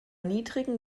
niedrigen